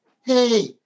Hey